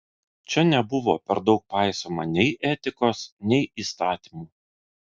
čia nebuvo per daug paisoma nei etikos nei įstatymų